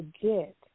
forget